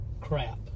crap